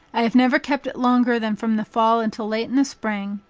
i have never kept it longer than from the fall until late in the spring,